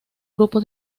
grupo